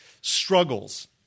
struggles